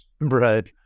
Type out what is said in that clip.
right